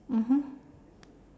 mmhmm